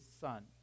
son